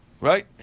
right